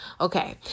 Okay